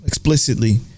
Explicitly